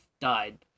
died